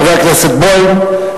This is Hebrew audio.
חבר הכנסת בוים,